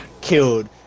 killed